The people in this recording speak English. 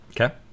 Okay